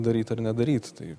daryt ar nedaryt tai